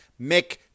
Mick